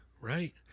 Right